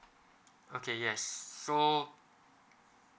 okay yes so